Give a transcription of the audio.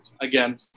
again